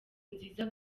nziza